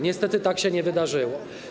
Niestety tak się nie wydarzyło.